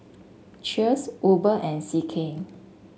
Cheers Uber and C K